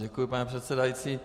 Děkuji, pane předsedající.